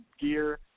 gear